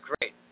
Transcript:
great